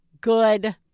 good